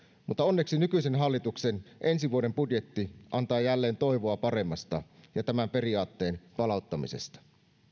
mutta onneksi nykyisen hallituksen ensi vuoden budjetti antaa jälleen toivoa paremmasta ja tämän periaatteen palauttamisesta